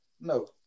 No